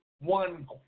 one